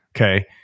Okay